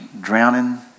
drowning